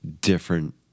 different